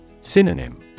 Synonym